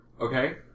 Okay